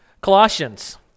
Colossians